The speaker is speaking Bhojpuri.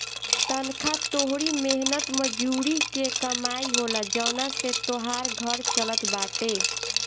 तनखा तोहरी मेहनत मजूरी के कमाई होला जवना से तोहार घर चलत बाटे